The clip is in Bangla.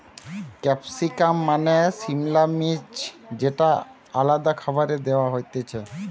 ক্যাপসিকাম মানে সিমলা মির্চ যেটা আলাদা খাবারে দেয়া হতিছে